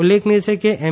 ઉલ્લેખનીય છે કે એમ